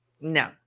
No